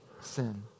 sin